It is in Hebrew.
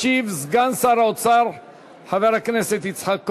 ישיב סגן שר האוצר חבר הכנסת יצחק כהן.